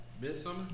Midsummer